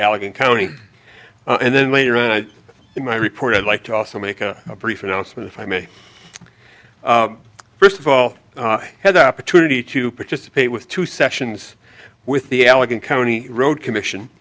allegheny county and then later on i in my report i'd like to also make a brief announcement if i may first of all i had the opportunity to participate with two sessions with the elegant county road commission